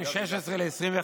לסיים.